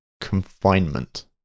Confinement